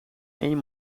één